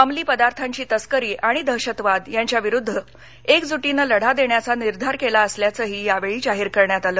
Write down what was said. अंमली पदार्थांची तस्करी आणि दहशतवाद यांच्या विरुद्ध एकजूटीनं लढादेण्याचा निर्धार केला असल्याचंही या वेळी जाहीर करण्यात आलं